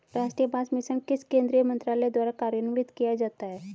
राष्ट्रीय बांस मिशन किस केंद्रीय मंत्रालय द्वारा कार्यान्वित किया जाता है?